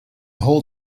whole